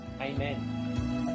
Amen